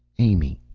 amy.